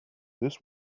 this